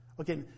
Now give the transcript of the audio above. Okay